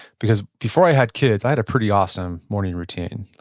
because before i had kids, i had a pretty awesome morning routine.